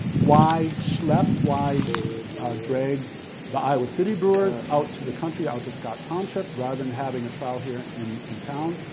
why schlep, why drag the iowa city brewers out to the country, out to scott township rather than having a trial here in and town?